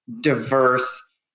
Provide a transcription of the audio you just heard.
diverse